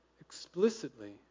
explicitly